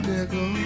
Nigga